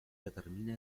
determina